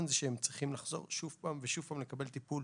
זה שהם צריכים לחזור שוב ושוב לקבל טיפול,